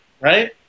right